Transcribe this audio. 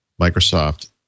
Microsoft